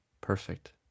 Perfect